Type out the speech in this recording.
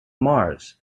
mars